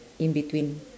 in between